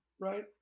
right